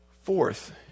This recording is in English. Fourth